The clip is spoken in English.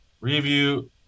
Review